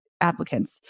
applicants